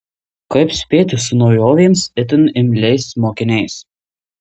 kaip spėti su naujovėms itin imliais mokiniais